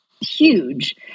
huge